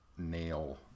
Nail